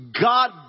God